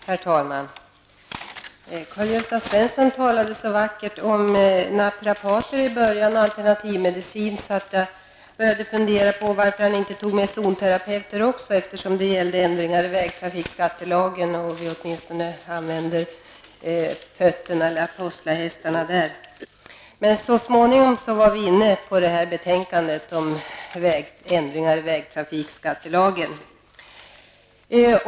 Herr talman! Karl-Gösta Svenson talade inledningsvis så vackert om naprapater och om alternativ medicin att jag började fundera över varför han inte nämnde zonterapeuterna också. Det gällde ju ändringar i vägtrafikskattelagen. Åtminstone i det sammanhanget använder vi ju fötterna, dvs. begagnar apostlahästarna. Men så småningom kom han in på det här betänkandet om ändringar i vägtrafikskattelagen.